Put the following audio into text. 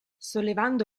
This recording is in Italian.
sollevando